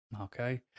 Okay